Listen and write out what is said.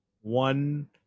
one